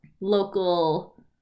local